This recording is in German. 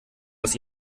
aus